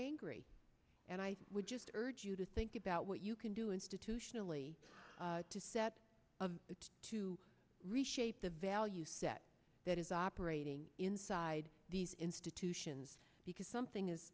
angry and i would just urge you to think about what you can do institutionally to set to reshape the value set that is operating inside these institutions because something is